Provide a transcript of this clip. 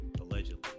allegedly